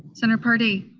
senator paradee?